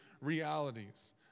realities